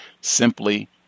simply